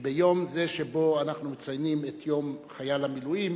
כשביום זה שבו אנחנו מציינים את יום חייל המילואים